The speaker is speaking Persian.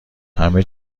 همه